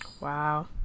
wow